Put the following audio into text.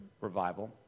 revival